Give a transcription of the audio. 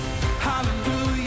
Hallelujah